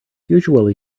usually